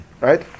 Right